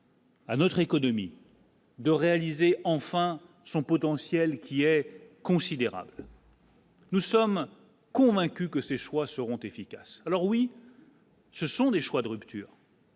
à notre économie. De réaliser enfin son potentiel qui est considérable. Nous sommes convaincus que ces choix seront efficaces, alors oui. Ce sont des choix de rupture.